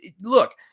look